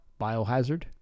biohazard